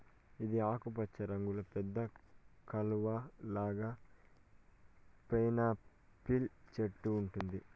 ఇది ఆకుపచ్చ రంగులో పెద్ద కలువ లాగా పైనాపిల్ చెట్టు ఉంటుంది